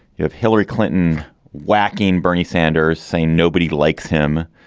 you have hillary clinton whacking bernie sanders say nobody likes him.